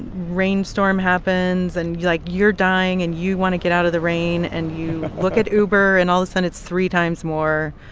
rainstorm happens, and, like, you're dying and you want to get out of the rain, and you look at uber, and all the sudden it's three times more.